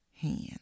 hand